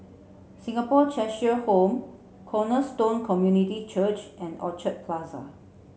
Singapore Cheshire Home Cornerstone Community Church and Orchard Plaza